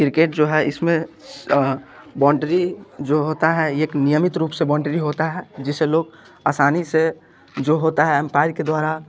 cricket जो है इसमें बोन्डरी जो होता है एक नियमित रूप से बोन्डरी होता है जिसे लोग असानी से जो होता है अम्पायर के द्वारा